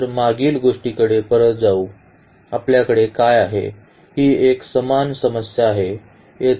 तर मागील गोष्टीकडे परत जाऊ आपल्याकडे काय आहे ही एक समान समस्या आहे